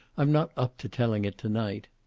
i'm not up to telling it to-night.